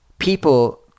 people